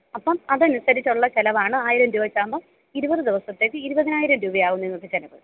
അപ്പം അത് അനുസരിച്ചുള്ള ചിലവാണ് ആയിരം രൂപ വച്ച് ആവുമ്പം ഇരുപത് ദിവസത്തേക്ക് ഇരുപതിനായിരം രൂപയാകും നിങ്ങൾക്ക് ചിലവ്